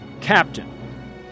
captain